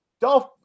Dolph